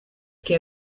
que